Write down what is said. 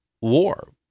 war